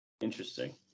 Interesting